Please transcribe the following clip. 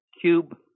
cube